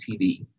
TV